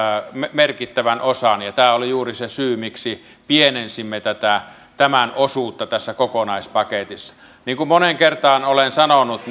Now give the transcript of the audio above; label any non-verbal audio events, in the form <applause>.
merkittävän osan ja tämä oli juuri se syy miksi pienensimme tämän osuutta tässä kokonaispaketissa niin kuin moneen kertaan olen sanonut <unintelligible>